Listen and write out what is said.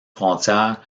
frontières